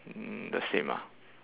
the same ah